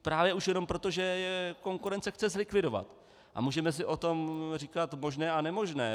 Právě už jenom proto, že je konkurence chce zlikvidovat, a můžeme si o tom říkat možné a nemožné.